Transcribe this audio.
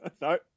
No